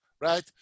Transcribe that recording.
right